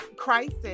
crisis